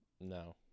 No